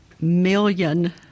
Million